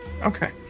okay